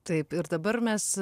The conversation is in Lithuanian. taip ir dabar mes